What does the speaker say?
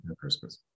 Christmas